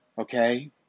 okay